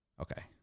Okay